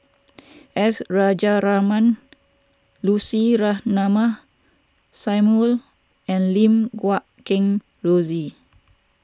S Rajaratnam Lucy Ratnammah Samuel and Lim Guat Kheng Rosie